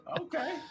Okay